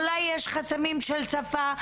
אולי יש חסמים של שפה?